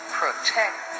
protect